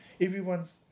everyone's